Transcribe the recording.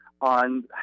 on